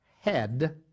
head